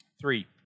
Three